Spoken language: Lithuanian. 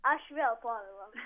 aš vėl povilas